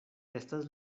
estas